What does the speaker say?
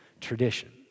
tradition